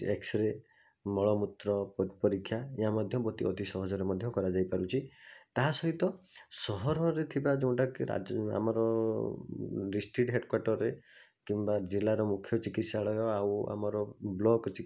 x-ray ମଳମୁତ୍ର ପରୀକ୍ଷା ଏହା ମଧ୍ୟ ଅତି ସହଜରେ ମଧ୍ୟ କରା ଯାଇପାରୁଛି ତାହା ସହିତ ସହରରେ ଥିବା ଯେଉଁଟାକି ଆମର ଡିଷ୍ଟ୍ରିକ୍ଟ ହେଡ଼୍କ୍ୱାଟର୍ରେ କିମ୍ବା ଜିଲ୍ଲାର ମୁଖ୍ୟ ଚିକିତ୍ସାଳୟ ଆଉ ଆମର ବ୍ଲକ୍